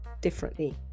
differently